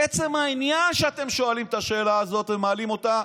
עצם העניין שאתם שואלים את השאלה הזאת ומעלים אותה,